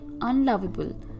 unlovable